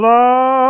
Love